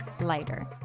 lighter